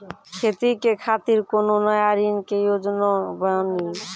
खेती के खातिर कोनो नया ऋण के योजना बानी?